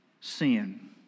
sin